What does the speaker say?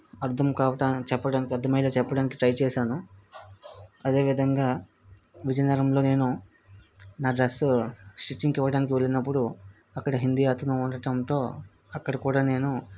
అర్థం కావటం చెప్పటానికి అర్థమయ్యేలా చెప్పటానికి ట్రై చేశాను అదే విధంగా విజయనగరంలో నేను నా డ్రెస్సు స్టిచ్చింగ్కి ఇవ్వటానికి వెళ్ళినప్పుడు అక్కడ హిందీ అతను ఉండటంతో అక్కడ కూడా నేను